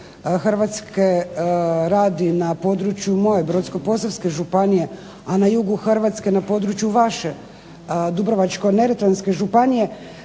Hrvatske radi na području moje Brodsko-posavske županije, a na jugu Hrvatske na području vaše, Dubrovačko-neretvanske županije,